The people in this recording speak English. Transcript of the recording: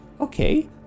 okay